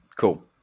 cool